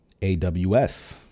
AWS